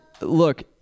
look